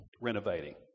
renovating